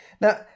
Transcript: now